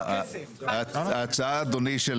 הכוונה היא כסף.